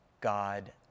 God